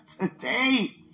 today